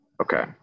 Okay